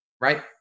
right